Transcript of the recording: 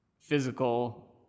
physical